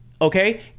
okay